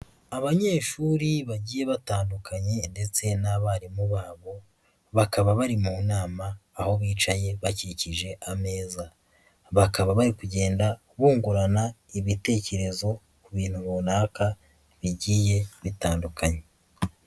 Abanyeshuri bagiye batandukanye ndetse n'abarimu babo, bakaba bari mu nama, aho bicaye bakikije ameza, bakaba bari kugenda bungurana ibitekerezo ku bintu runaka bigiye bitandukanye.